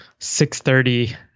6.30-